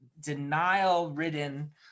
denial-ridden